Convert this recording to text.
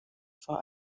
vor